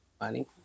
money